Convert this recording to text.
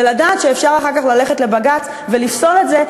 ולדעת שאפשר אחר כך ללכת לבג"ץ ולפסול את זה,